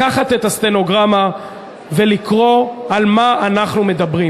לקחת את הסטנוגרמה ולקרוא על מה אנחנו מדברים.